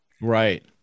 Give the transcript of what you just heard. Right